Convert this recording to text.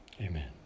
Amen